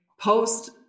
post